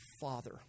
Father